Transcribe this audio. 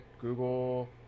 Google